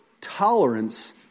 tolerance